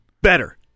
better